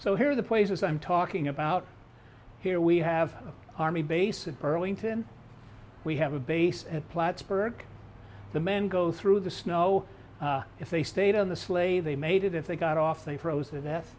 so here are the places i'm talking about here we have a army base in burlington we have a base at plattsburg the men go through the snow if they stayed on the sleigh they made it if they got off they froze to death